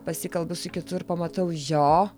pasikalbu su kitu ir pamatau jo